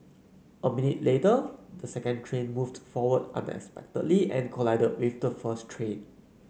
a minute later the second train moved forward unexpectedly and collided with the first train